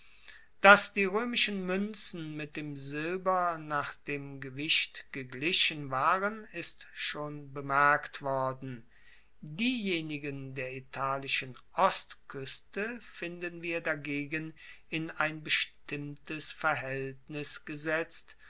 dass die roemischen muenzen mit dem silber nach dem gewicht geglichen waren ist schon bemerkt worden diejenigen der italischen ostkueste finden wir dagegen in ein bestimmtes verhaeltnis gesetzt